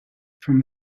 from